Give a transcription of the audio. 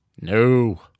No